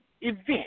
event